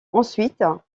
ensuite